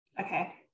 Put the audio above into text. Okay